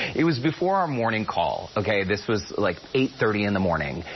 it was before our morning call, okay, this was like eight thirty in the morning,